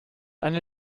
eine